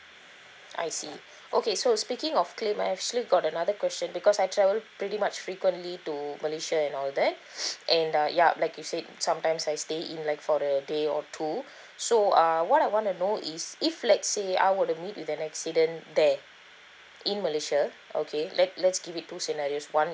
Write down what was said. I see okay so speaking of claim I actually got another question because I travel pretty much frequently to malaysia and all that and uh yup like you said sometimes I stay in like for a day or two so uh what I wanna know is if let's say I would have meet with an accident there in malaysia okay let let's give it two sceneries one